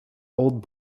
old